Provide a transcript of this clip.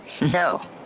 No